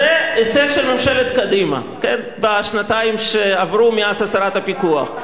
זה הישג של ממשלת קדימה בשנתיים שעברו מאז הסרת הפיקוח.